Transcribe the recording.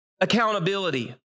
accountability